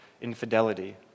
infidelity